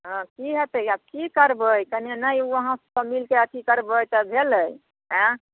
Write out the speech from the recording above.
हँ की होयतै आब की करबै कने ने वहाँ से मिलतै आ चिकरबै तऽ भेलै आयँ